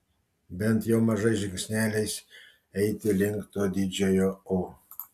bent jau mažais žingsneliais eiti link to didžiojo o